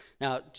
Now